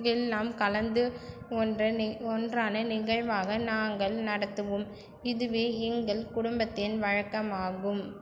எல்லாம் கலந்து ஒன்று நி ஒன்றான நிகழ்வாக நாங்கள் நடத்துவோம் இதுவே எங்கள் குடும்பத்தின் வழக்கமாகும்